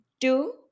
two